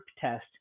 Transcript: test